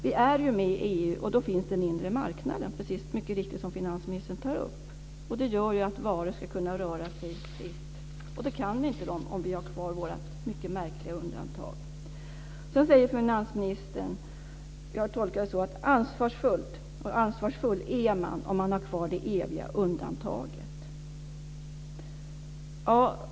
Vi är ju med i EU, och då finns den inre marknaden, som finansministern mycket riktigt tar upp. Det gör att varor ska kunna röra sig fritt. Det kan de inte om vi har kvar vårt mycket märkliga undantag. Jag tolkar det som att finansministern säger att man är ansvarsfull om man har kvar det eviga undantaget.